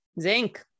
Zinc